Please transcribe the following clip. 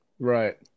Right